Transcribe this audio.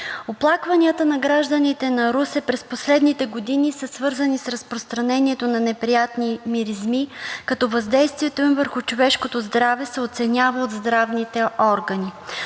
оплакванията на гражданите на Русе през последните години са свързани с разпространението на неприятни миризми, като въздействието им върху човешкото здраве се оценява от здравните органи,